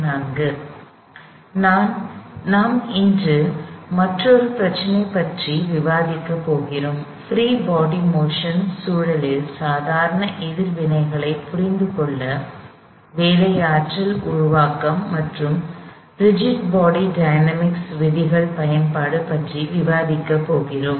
நாம் இன்று மற்றொரு பிரச்சனை பற்றி விவாதிக்க போகிறோம் பிரீ பாடி மோஷன் சூழலில் சாதாரண எதிர்வினைகளை புரிந்து கொள்ள வேலை ஆற்றல் உருவாக்கம் மற்றும் ரிஜிட் பாடி டைனமிக்ஸ் விதிகள் பயன்பாடு பற்றி விவாதிக்க போகிறோம்